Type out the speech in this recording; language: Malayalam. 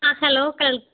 ആ ഹലോ കേൾ